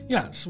Yes